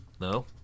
No